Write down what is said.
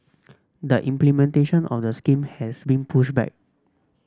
the implementation of the scheme has been pushed back